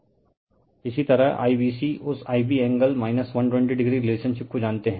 Refer Slide Time 2157 इसी तरह IBC उस Ib एंगल 120o रिलेशनशिप को जानते है